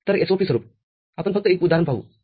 तर SOP स्वरूप आपण फक्त एक उदाहरण पाहू